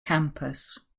campus